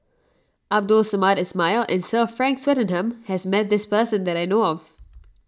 Abdul Samad Ismail and Sir Frank Swettenham has met this person that I know of